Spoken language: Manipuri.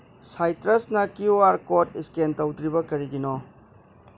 ꯁꯥꯏꯇ꯭ꯔꯁꯅ ꯀ꯭ꯌꯨ ꯑꯥꯔ ꯀꯣꯗ ꯏꯁꯀꯦꯟ ꯇꯧꯗ꯭ꯔꯤꯕ ꯀꯔꯤꯒꯤꯅꯣ